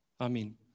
Amen